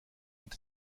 ont